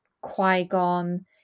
qui-gon